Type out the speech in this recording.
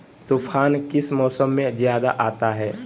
तूफ़ान किस मौसम में ज्यादा आता है?